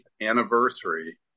anniversary